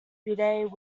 bede